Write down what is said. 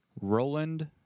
Roland